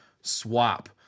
swap